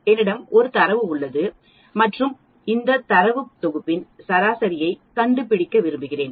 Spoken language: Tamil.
என்னிடம் ஒரு தரவு உள்ளது மற்றும் இந்த தரவு தொகுப்பின் சராசரியைக் கண்டுபிடிக்க விரும்புகிறேன்